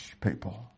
people